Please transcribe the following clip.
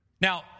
Now